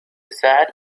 الساعة